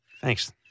Thanks